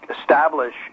establish